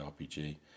RPG